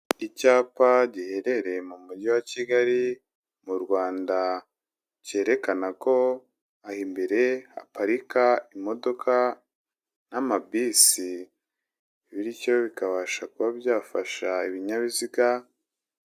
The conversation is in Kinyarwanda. Icyapa giherereye mu mujyi wa Kigali, mu Rwanda, cyerekana ko aho imbere haparika imodoka n'amabisi, bityo bikabasha kuba byafasha ibinyabiziga